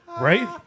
right